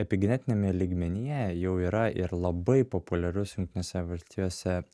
epigenetiniame lygmenyje jau yra ir labai populiarus jungtinėse valstijose